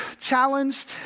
challenged